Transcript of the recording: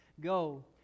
Go